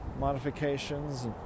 modifications